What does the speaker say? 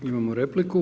Imamo repliku.